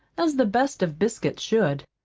as the best of biscuits should.